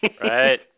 Right